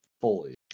fully